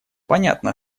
понятно